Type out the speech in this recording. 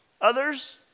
Others